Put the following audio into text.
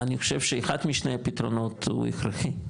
אני חושב שאחד משתי הפתרונות הוא הכרחי,